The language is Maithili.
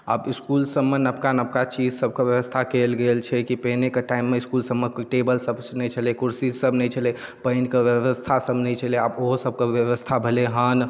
आब इसकुलसबमे नवका नवका चीजसबके बेबस्था कएल गेल छै कि पहिनेके टाइममे इसकुलसबमे टेबुलसब नहि छलै कुर्सीसब नहि छलै पानिके बेबस्थासब नहि छलै आब ओहोसबके बेबस्था भेलै हेँ